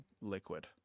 liquid